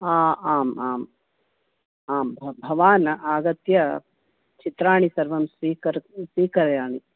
आम् आम् आम् भवान् आगत्य चित्राणि सर्वं स्वीकर् स्वीकरयामि